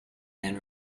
then